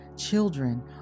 Children